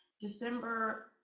December